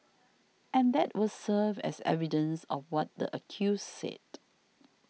and that will serve as evidence of what the accused said